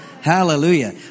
Hallelujah